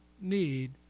need